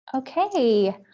Okay